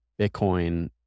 Bitcoin